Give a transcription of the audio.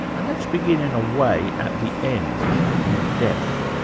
and let's begin in a way at the end, with death.